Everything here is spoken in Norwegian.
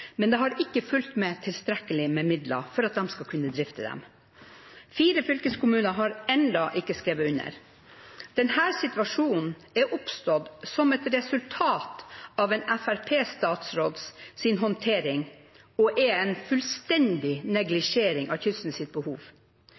men det har ikke fulgt med tilstrekkelig med midler til at de skal kunne drifte dem. Fire fylkeskommuner har ennå ikke skrevet under. Denne situasjonen er oppstått som et resultat av en FrP-statsråds håndtering og er en fullstendig neglisjering av kystens behov.